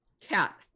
cat